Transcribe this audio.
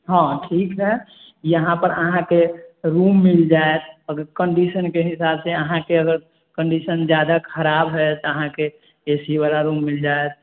हँ ठीक हए यहाँपर अहाँके रूम मिल जायत कन्डीशन के हिसाब से अहाँके अगर कन्डीशन जादा खराब हए तऽ अहाँके ए सी वला रूम मिल जायत